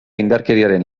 indarkeriaren